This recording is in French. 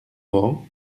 mohan